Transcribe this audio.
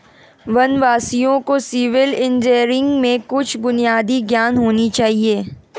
वनवासियों को civil engineering में कुछ बुनियादी ज्ञान होना चाहिए